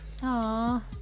aww